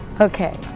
Okay